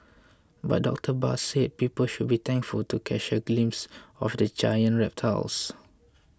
but Doctor Barr said people should be thankful to catch a glimpse of the giant reptiles